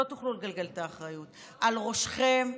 זה על ראשכם,